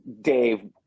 Dave